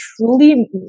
truly